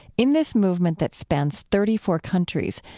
in this movement that spans thirty four countries,